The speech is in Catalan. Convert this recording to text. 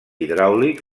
hidràulic